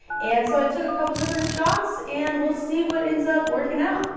and so, it took a couple different shots, and we'll see what ends up working out.